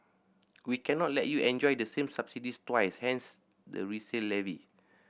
we cannot let you enjoy the same subsidies twice hence the resale levy